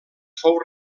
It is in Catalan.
fou